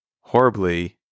horribly